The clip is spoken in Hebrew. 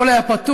הכול היה פתוח,